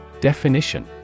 Definition